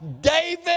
David